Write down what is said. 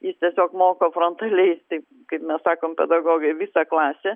jis tiesiog moko frontaliai jis taip kaip mes sakom pedagogai visą klasę